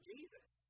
Jesus